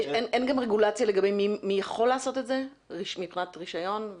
אין גם רגולציה לגבי מי יכול לעשות את זה מבחינת רישיון?